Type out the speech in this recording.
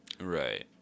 Right